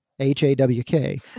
H-A-W-K